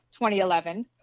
2011